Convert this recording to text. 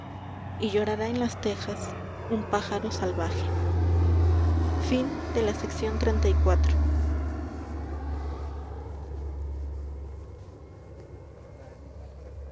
y llorará en las tejas un pájaro salvaje